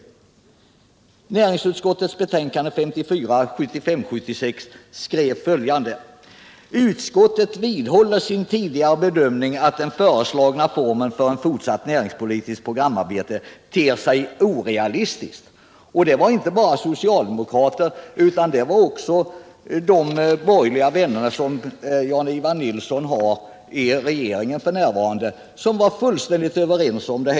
I näringsutskottets betänkande 1975/76:54 står bl.a. följande: ”Utskottet vidhåller sin tidigare bedömning att den föreslagna formen för ett fortsatt näringspolitiskt programarbete ter sig orealistisk.” Det var inte bara socialdemokrater utan också Jan-Ivan Nilssons borgerliga vänner i regeringen f. n. som var fullständigt överens om detta.